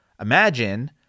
imagine